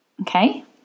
okay